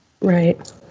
Right